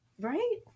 Right